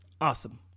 Awesome